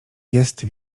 jest